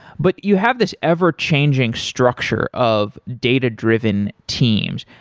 but you have this ever-changing structure of data-driven teams.